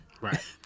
Right